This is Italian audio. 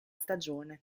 stagione